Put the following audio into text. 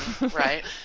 right